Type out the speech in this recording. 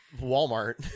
Walmart